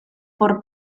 por